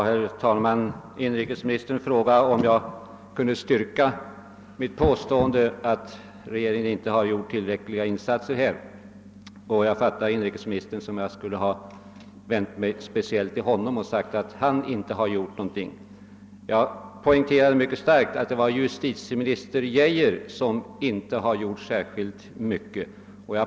Herr talman! Inrikesministern frågade om jag kunde styrka mitt påstående att regeringen inte har gjort tillräckliga insatser att stoppa bilstölder m.m., och det verkade som om inrikesministern ansåg att jag skulle ha vänt mig direkt till honom och menat att han inte gjort någonting. Men jag poängterade att det var justitieminister Geijer som inte har gjort så särskilt mycket.